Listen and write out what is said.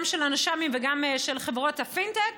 גם של הנש"מים וגם של חברות הפינטק,